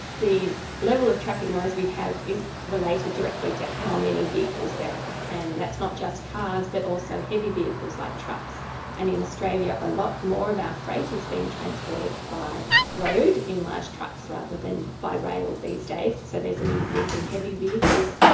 the level of traffic noise we have is related directly to how many vehicles there are, and that's not just cars but also heavy vehicles like trucks and, in australia, a lot more of our freight is being transported by road in large trucks rather than by rail these days, so there's an increase in heavy vehicles.